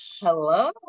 Hello